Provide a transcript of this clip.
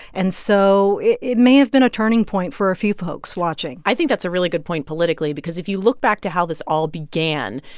and so it it may have been a turning point for a few folks watching i think that's a really good point politically because if you look back to how this all began,